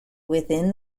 within